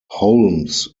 holmes